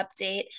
update